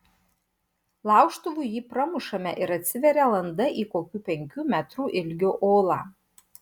laužtuvu jį pramušame ir atsiveria landa į kokių penkių metrų ilgio olą